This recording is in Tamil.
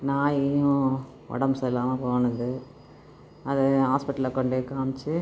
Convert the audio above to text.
நாயும் உடம்பு சரில்லாமல் போனது அதை ஹாஸ்பிட்டலில் கொண்டு போய் காமிச்சி